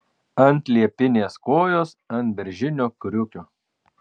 ant liepinės kojos ant beržinio kriukio